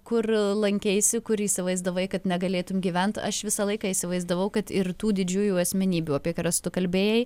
kur lankeisi kur įsivaizdavai kad negalėtum gyvent aš visą laiką įsivaizdavau kad ir tų didžiųjų asmenybių apie karias tu kalbėjai